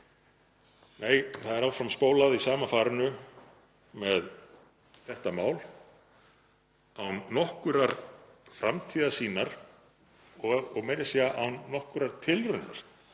fyrir. Það er áfram spólað í sama farinu með þetta mál án nokkurrar framtíðarsýnar og meira að segja án nokkurrar tilraunar